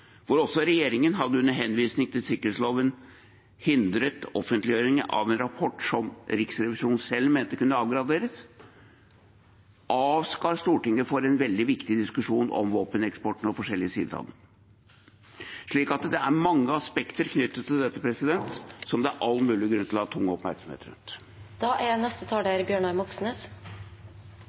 regjeringen under henvisning til sikkerhetsloven offentliggjøring av en rapport som Riksrevisjonen selv mente kunne avgraderes, og avskar Stortinget fra en veldig viktig diskusjon om våpeneksporten og forskjellige sider av den. Det er mange aspekter knyttet til dette det er all mulig grunn til å ha tung oppmerksomhet rundt.